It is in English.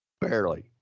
Barely